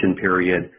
period